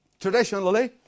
traditionally